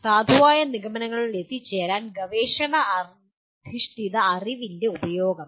സാധുവായ നിഗമനങ്ങളിൽ എത്തിച്ചേരാൻ ഗവേഷണ അധിഷ്ഠിത അറിവിന്റെ ഉപയോഗം